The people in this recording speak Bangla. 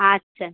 আচ্ছা